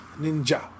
ninja